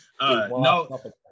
No